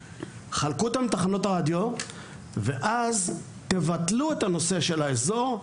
חלקו אותם בין תחנות הרדיו ואז תבטלו את הנושא של האזור,